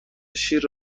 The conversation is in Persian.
شیر